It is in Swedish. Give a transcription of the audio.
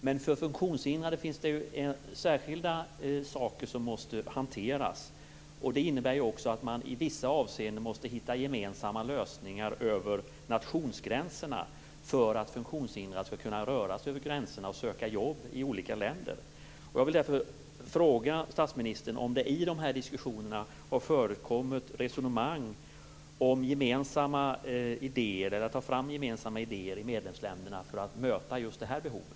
Men för funktionshindrade finns det särskilda saker som måste hanteras, och det innebär att man i vissa avseenden måste hitta gemensamma lösningar över nationsgränserna för att funktionshindrade skall kunna röra sig över gränserna och söka jobb i olika länder. Jag vill därför fråga statsministern om det i diskussionerna har förekommit resonemang om gemensamma idéer, eller om att ta fram gemensamma idéer i medlemsländerna, för att möta just det här behovet.